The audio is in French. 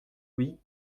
oui